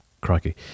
crikey